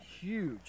huge